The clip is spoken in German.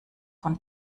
von